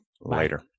later